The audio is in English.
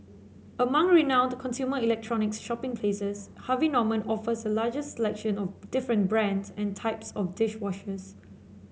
among renowned consumer electronics shopping places Harvey Norman offers a largest selection of different brands and types of dish washers